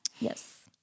Yes